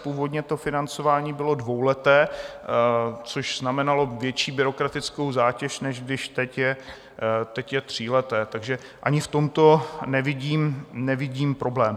Původně to financování bylo dvouleté, což znamenalo větší byrokratickou zátěž, než když teď je tříleté, takže ani v tomto nevidím problém.